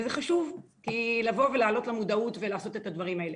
זה חשוב כי לבוא ולהעלות למודעות ולעשות את הדברים האלה,